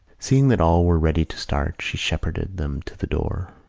seeing that all were ready to start she shepherded them to the door,